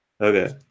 okay